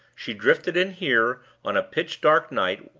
she drifted in here, on a pitch-dark night,